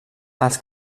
els